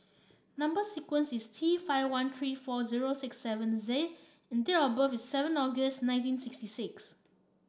number sequence is T five one three four zero six seven Z and date of birth is seven August nineteen sixty six